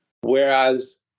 whereas